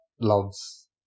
loves